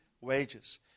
wages